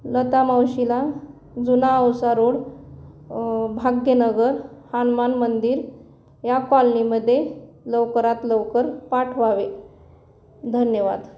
लता मावशीला जुना औसा रोड भाग्यनगर हनुमान मंदिर या कॉलनीमध्ये लवकरात लवकर पाठवावे धन्यवाद